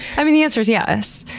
i mean, the answer is yes,